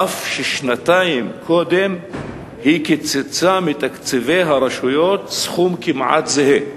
אף ששנתיים קודם היא קיצצה מתקציבי הרשויות סכום כמעט זהה.